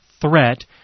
threat